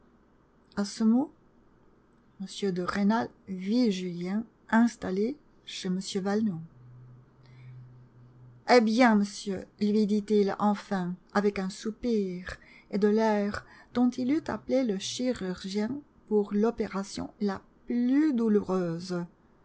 a ce mot m de rênal vit julien installé chez m valenod eh bien monsieur lui dit-il enfin avec un soupir et de l'air dont il eût appelé le chirurgien pour l'opération la plus douloureuse